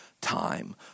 time